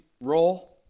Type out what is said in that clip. roll